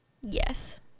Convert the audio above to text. Yes